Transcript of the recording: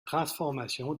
transformation